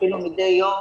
אפילו מדי יום,